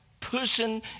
person